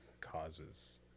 causes